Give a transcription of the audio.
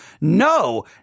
No